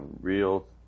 real